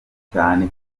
cyane